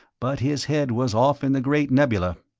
but his head was off in the great nebula.